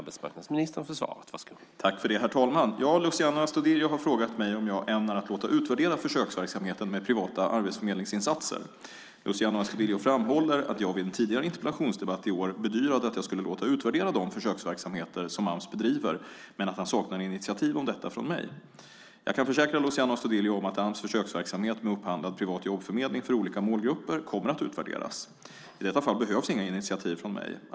Herr talman! Luciano Astudillo har frågat mig om jag ämnar låta utvärdera försöksverksamheten med privata arbetsförmedlingsinsatser. Luciano Astudillo framhåller att jag vid en tidigare interpellationsdebatt i år bedyrade att jag skulle låta utvärdera de försöksverksamheter som Ams bedriver men att han saknar initiativ om detta från mig. Jag kan försäkra Luciano Astudillo att Ams försöksverksamhet med upphandlad privat jobbförmedling för olika målgrupper kommer att utvärderas. I detta fall behövs inga initiativ från mig.